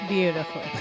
Beautiful